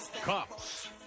Cops